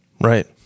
Right